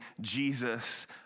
Jesus